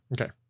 Okay